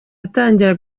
atangira